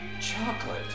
chocolate